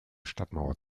stadtmauer